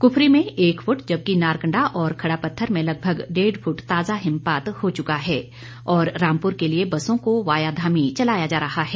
कुफरी में एक फुट जबकि नारकंडा और खड़ापत्थर में लगभग डेढ़ फुट ताजा हिमपात हो चुका है और रामपुर के लिए बसों को वाया धामी चलाया जा रहा है